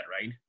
right